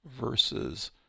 versus